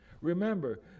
Remember